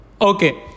Okay